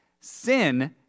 Sin